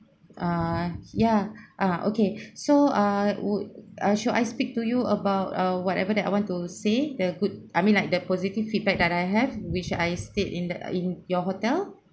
ah ya ah okay so err would uh should I speak to you about uh whatever that I want to say the good I mean like that positive feedback that I have which I stayed in the in your hotel